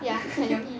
ya 很容易